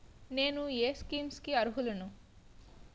నేను ఏ స్కీమ్స్ కి అరుహులను?